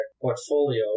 portfolio